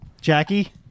Jackie